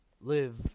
live